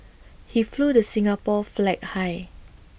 he flew the Singapore flag high